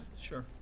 sure